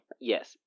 Yes